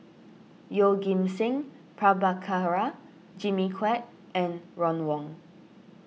Yeoh Ghim Seng Prabhakara Jimmy Quek and Ron Wong